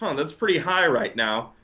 um that's pretty high right now.